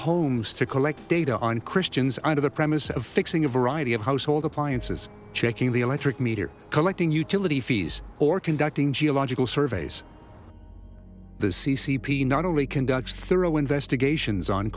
homes to collect data on christians under the premise of fixing a variety of household appliances checking the electric meter collecting utility fees or conducting geological surveys the c c p not only conducts thorough investigations on